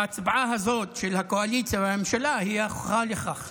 ההצבעה הזאת של הקואליציה ושל הממשלה היא ההוכחה לכך.